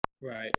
Right